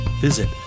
Visit